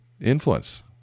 influence